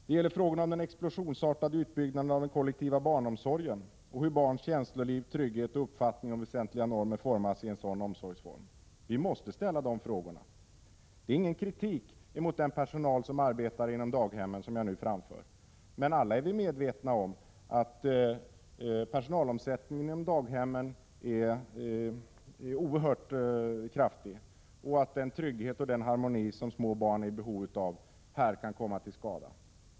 Det gäller frågorna om den explosionsartade utbyggnaden av den kollektiva barnomsorgen och hur barns känsloliv, trygghet och uppfattning om väsentliga normer formas i en sådan omsorgsform. Vi måste ställa de frågorna. Det är ingen kritik mot den personal som arbetar inom daghem som jag nu framför. Man alla är vi medvetna om att personalomsättningen inom daghem är oerhört stor och att den trygghet och den harmoni som små barn är i behov av här kan komma att saknas.